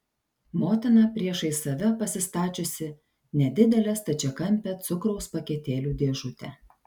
motina priešais save pasistačiusi nedidelę stačiakampę cukraus paketėlių dėžutę